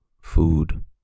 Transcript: food